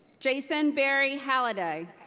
jason barry haladay.